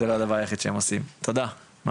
זה לא הדבר היחיד שהם עושים, תודה ממש.